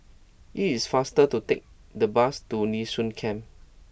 it is faster to take the bus to Nee Soon Camp